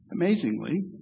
Amazingly